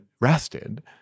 rested